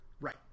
Right